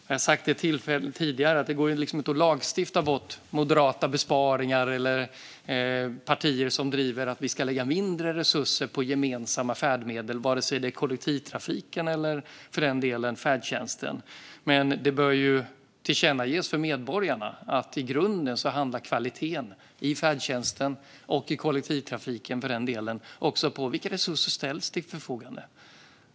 Jag har sagt det tidigare: Det går liksom inte att lagstifta bort moderata besparingar eller partier som driver att vi ska lägga mindre resurser på gemensamma färdmedel vare sig det handlar om kollektivtrafik eller färdtjänst. Det bör dock tillkännages för medborgarna att kvaliteten i färdtjänst och i kollektivtrafik i grunden handlar om vilka resurser som ställs till förfogande.